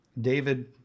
david